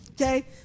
Okay